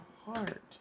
heart